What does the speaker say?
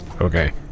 Okay